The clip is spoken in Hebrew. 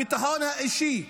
הביטחון האישי,